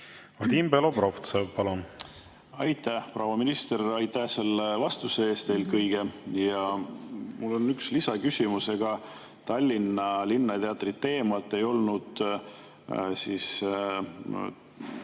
Vadim Belobrovtsev, palun! Aitäh! Proua minister, aitäh selle vastuse eest eelkõige! Mul on üks lisaküsimus. Ega Tallinna Linnateatri teemat ei olnud Vihulas